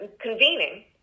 convening